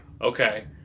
Okay